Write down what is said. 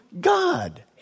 God